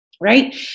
right